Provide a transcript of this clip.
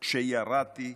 כשירדתי,